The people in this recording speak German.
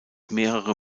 mehrere